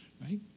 Right